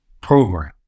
program